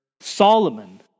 Solomon